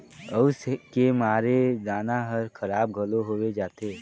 अउस के मारे दाना हर खराब घलो होवे जाथे